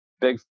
Big